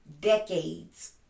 decades